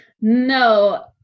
No